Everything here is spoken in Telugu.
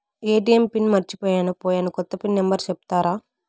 ఎ.టి.ఎం పిన్ మర్చిపోయాను పోయాను, కొత్త పిన్ నెంబర్ సెప్తారా?